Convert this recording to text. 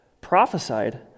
prophesied